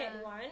one